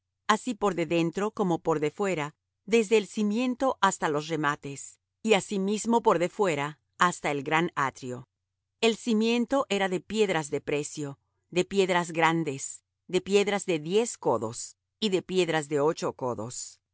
así por de dentro como por de fuera desde el cimiento hasta los remates y asimismo por de fuera hasta el gran atrio el cimiento era de piedras de precio de piedras grandes de piedras de diez codos y de piedras de ocho codos